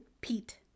Pete